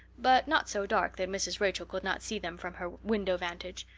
but not so dark that mrs. rachel could not see them from her window vantage,